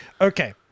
Okay